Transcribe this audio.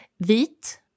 Vit